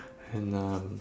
and um